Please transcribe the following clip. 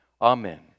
amen